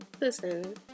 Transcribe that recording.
Listen